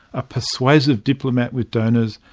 a persuasive diplomat with donors,